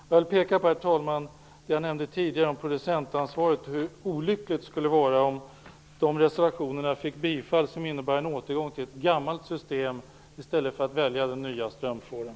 Vad gäller det jag nämnde tidigare om producentansvaret vill jag, herr talman, peka på hur olyckligt det skulle vara om de reservationer fick bifall som innebär en återgång till ett gammalt system i stället för att riksdagen väljer den nya strömfåran.